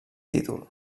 títol